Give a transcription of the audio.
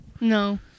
no